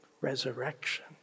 resurrection